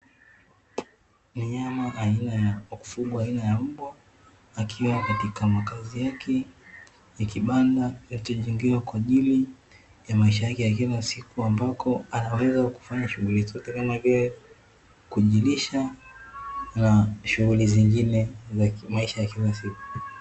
Mnyama wa kufugwa aina ya mbwa, akiwa katika makazi yake ya kibanda alichojengewa kwaajili ya maisha yake ya kila siku, ambako anaweza kufanya shughuli zote kama vile kujilisha na shughuli zingine za maisha ya kila siku.